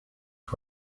and